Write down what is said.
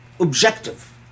objective